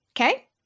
Okay